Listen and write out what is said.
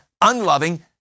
unloving